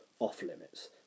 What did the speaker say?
off-limits